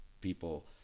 people